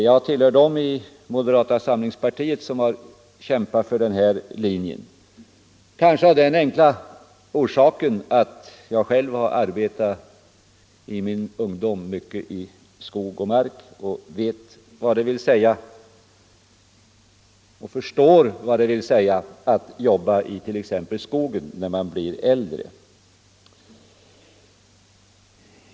Jag tillhör dem i moderata samlingspartiet som = Sänkning av den har kämpat för det, kanske av den enkla orsaken att jag själv i min = allmänna pensionsungdom arbetat mycket i skog och mark och vet och förstår vad det — åldern, m.m. vill säga att jobba t.ex. i skogen när man blir äldre.